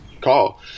call